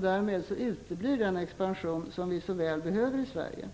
Därmed uteblir den expansion som vi så väl behöver i Sverige.